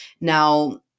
Now